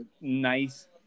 nice